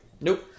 Nope